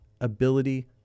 ability